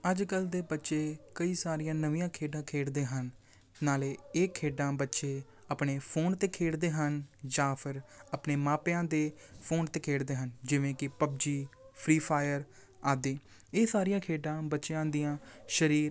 ਅੱਜ ਕੱਲ੍ਹ ਦੇ ਬੱਚੇ ਕਈ ਸਾਰੀਆਂ ਨਵੀਆਂ ਖੇਡਾਂ ਖੇਡਦੇ ਹਨ ਨਾਲੇ ਇਹ ਖੇਡਾਂ ਬੱਚੇ ਆਪਣੇ ਫੋਨ 'ਤੇ ਖੇਡਦੇ ਹਨ ਜਾਂ ਫਿਰ ਆਪਣੇ ਮਾਪਿਆਂ ਦੇ ਫੋਨ 'ਤੇ ਖੇਡਦੇ ਹਨ ਜਿਵੇਂ ਕਿ ਪਬਜੀ ਫ੍ਰੀ ਫਾਇਰ ਆਦਿ ਇਹ ਸਾਰੀਆਂ ਖੇਡਾਂ ਬੱਚਿਆਂ ਦੀਆਂ ਸਰੀਰ